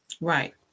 Right